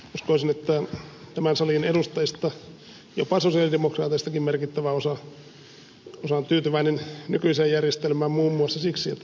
uskoisin että tämän salin edustajista jopa sosialidemokraateistakin merkittävä osa on tyytyväinen nykyiseen järjestelmään muun muassa siksi että se on taannut meille kaikille valinnan tänne